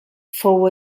fou